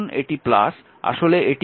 যখন এটি আসলে এটি